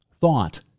Thought